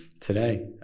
today